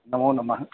नमोनमः